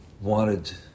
wanted